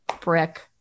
brick